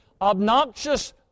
obnoxious